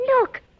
Look